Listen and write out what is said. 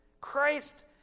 Christ